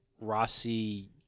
Rossi